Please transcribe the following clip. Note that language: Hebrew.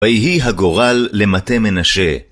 והיא הגורל למטה מנשה.